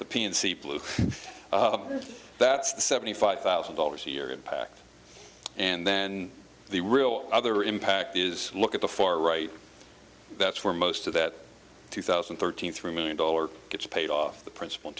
the p and c blue that's seventy five thousand dollars a year impact and then the real other impact is look at the far right that's where most of that two thousand and thirteen three million dollars gets paid off the principal